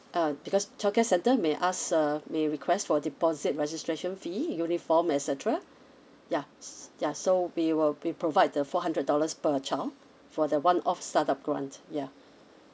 uh because childcare centre may ask uh may request for deposit registration fee uniform et cetera ya s~ ya so we will we provide the four hundred dollars per child for the one off start up grant yeah